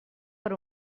per